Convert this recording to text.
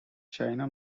china